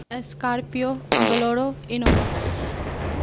Scorpio Bolero Innova